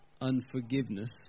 unforgiveness